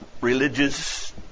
religious